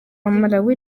malawi